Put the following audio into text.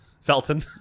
felton